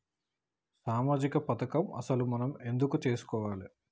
సామాజిక పథకం అసలు మనం ఎందుకు చేస్కోవాలే?